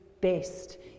best